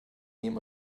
nehmen